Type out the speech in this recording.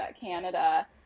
Canada